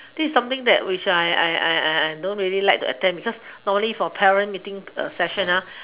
this is something that which I I I I I don't really like to attend because only for parent meeting session